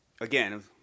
again